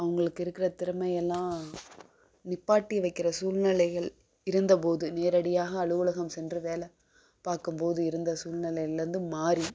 அவங்களுக்கு இருக்கிற திறமையெல்லாம் நிற்பாட்டி வைக்கிற சூழ்நிலைகள் இருந்த போது நேரடியாக அலுவலகம் சென்று வேலை பார்க்கும் போது இருந்த சூழ்நெலையில இருந்து மாறி